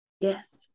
Yes